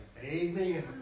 Amen